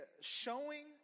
showing